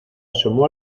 asomó